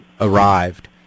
arrived